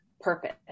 purpose